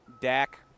Dak –